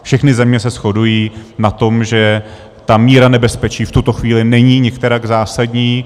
Všechny země se shodují na tom, že ta míra nebezpečí v tuto chvíli není nikterak zásadní.